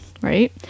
right